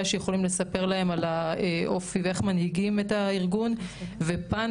שיכולים לספר להם על אופי הארגון ואיך מנהיגים את הארגון ופאנל,